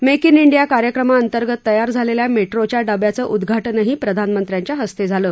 make in India कार्यक्रमा अंतर्गत तयार झालेल्या मेट्रोच्या डब्याचं उदघाटनही प्रधानमंत्र्यांच्या हस्ते झालं